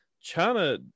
China